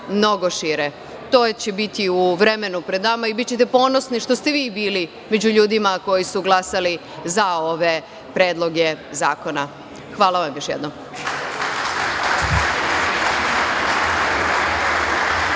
mnogo šire. To će biti u vremenu pred nama i bićete ponosni što ste vi bili među ljudima koji su glasali za ove predloge zakona. Hvala vam još jednom.